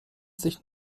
sich